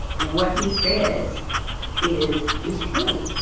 what he says is is true